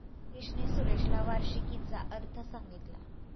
राकेशने सुरेशला वार्षिकीचा अर्थ सांगितला